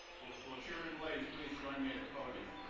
will will chairman blais please join me at the podium?